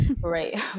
right